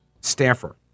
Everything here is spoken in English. staffer